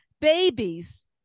babies